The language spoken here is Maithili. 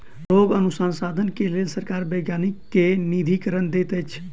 रोगक अनुसन्धान के लेल सरकार वैज्ञानिक के निधिकरण दैत अछि